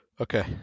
Okay